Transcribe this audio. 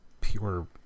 pure